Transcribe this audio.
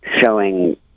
showing